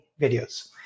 videos